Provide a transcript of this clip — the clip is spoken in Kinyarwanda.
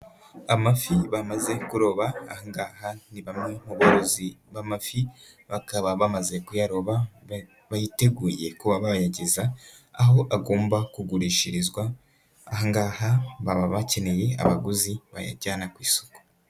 Amafi bamaze kuroba ahangaha ni bamwe mu barozi b'amafi, bakaba bamaze kuyaroba, bayiteguye kuba bayageza, aho agomba kugurishirizwa. Ahangaha baba bakeneye abaguzi bayajyana ku isoko.